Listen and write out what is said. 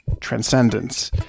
transcendence